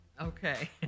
Okay